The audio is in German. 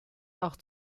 auch